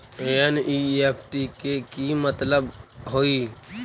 NEFT के कि मतलब होइ?